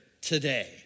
today